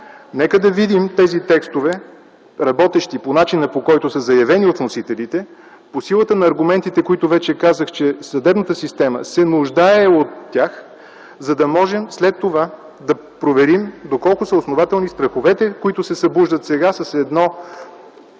Нека да видим тези текстове, работещи по начина, по който са заявени от вносителите, по силата на аргументите, които вече казах, че съдебната система се нуждае от тях, за да можем след това да проверим доколко са основателни страховете, които се събуждат сега с едно